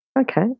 Okay